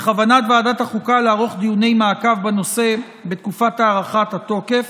בכוונת ועדת החוקה לערוך דיוני מעקב בנושא בתקופת הארכת התוקף,